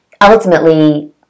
Ultimately